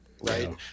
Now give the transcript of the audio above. right